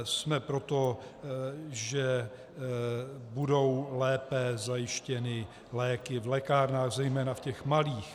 Jsme pro to, že budou lépe zajištěny léky v lékárnách, zejména v těch malých.